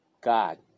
God